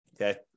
Okay